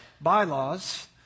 bylaws